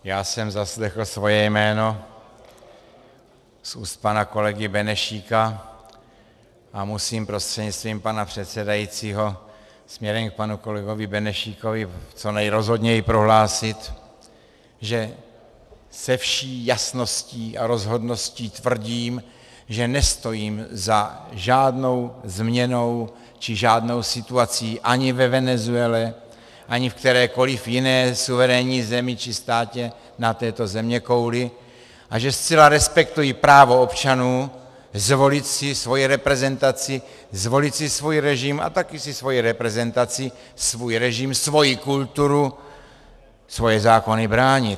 Já jsem zaslechl svoje jméno z úst pana kolegy Benešíka a musím prostřednictvím pana předsedajícího směrem k panu kolegovi Benešíkovi co nejrozhodněji prohlásit, že se vší jasností a rozhodností tvrdím, že nestojím za žádnou změnou či žádnou situací ani ve Venezuele, ani v kterékoliv jiné suverénní zemi či státě na této zeměkouli a že zcela respektuji právo občanů zvolit si svoji reprezentaci, zvolit si svůj režim a také si svoji reprezentaci, svůj režim, svoji kulturu, svoje zákony bránit.